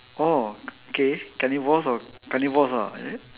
oh K carnivores or carnivores ah is it